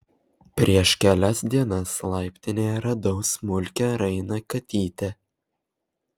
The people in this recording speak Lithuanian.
prieš kelias dienas laiptinėje radau smulkią rainą katytę